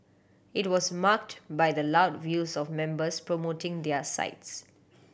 it was marked by the loud views of members promoting their sides